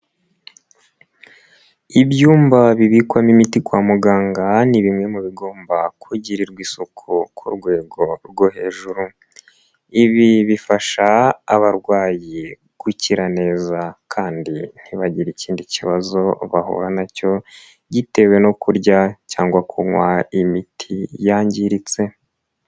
Ibyumba bibikwamo imiti kwa muganga ni bimwe mu bigomba kugirirwa isuku ku rwego rwo hejuru. Ibi bifasha abarwayi gukira neza kandi ntibagire ikindi kibazo bahura na cyo gitewe no kurya cyangwa kunywa imiti yangiritse.